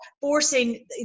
forcing